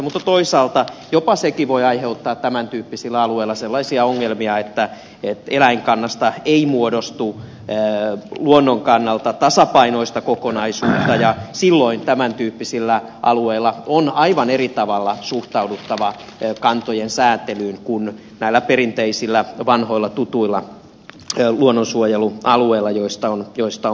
mutta toisaalta jopa sekin voi aiheuttaa tämän tyyppisillä alueilla sellaisia ongelmia että eläinkannasta ei muodostu luonnon kannalta tasapainoista kokonaisuutta ja silloin tämän tyyppisillä alueilla on aivan eri tavalla suhtauduttava kantojen säätelyyn kuin näillä perinteisillä vanhoilla tutuilla luonnonsuojelualueilla joista on puhuttu